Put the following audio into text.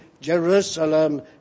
Jerusalem